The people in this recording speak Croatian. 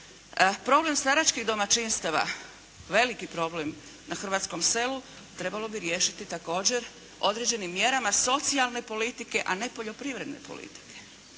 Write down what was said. Problem staračkih domaćinstava, veliki problem na hrvatskom selu trebao bi riješiti također određenim mjerama socijalne politike, a ne poljoprivredne politike.